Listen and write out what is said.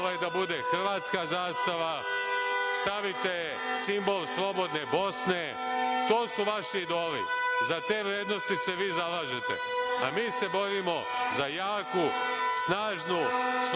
da bude hrvatska zastava, stavite simbol slobodne Bosne, to su vaši idoli, za te vrednosti se vi zalažete. Mi se borimo za jaku, snažnu, slobodnu